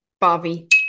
Bobby